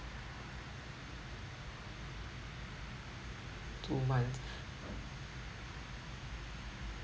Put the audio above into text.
two months